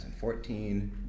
2014